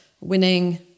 winning